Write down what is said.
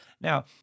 Now